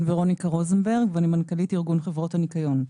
אני מנכ"לית ארגון חברות הניקיון.